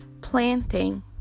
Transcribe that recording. planting